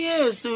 Yes